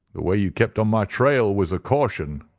the way you kept on my trail was a caution.